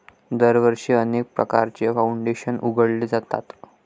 दरवर्षी अनेक प्रकारचे फाउंडेशन उघडले जातात